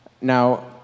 now